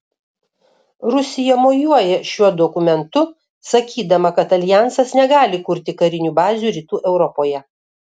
rusija mojuoja šiuo dokumentu sakydama kad aljansas negali kurti karinių bazių rytų europoje